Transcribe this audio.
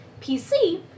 PC